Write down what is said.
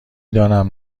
دانم